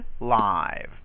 live